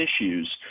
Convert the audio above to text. issues